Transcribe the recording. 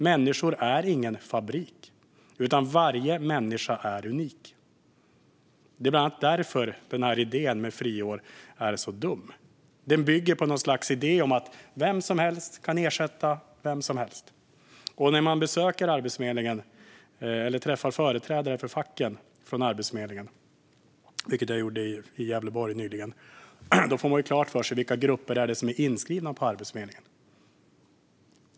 Människor är ingen fabrik, utan varje människa är unik. Det är bland annat därför som den här idén med friår är så dum, för den bygger på något slags idé om att vem som helst kan ersätta vem som helst. När man besöker Arbetsförmedlingen eller träffar företrädare för facken, vilket jag gjorde i Gävleborg nyligen, får man klart för sig vilka grupper det är som är inskrivna på Arbetsförmedlingen.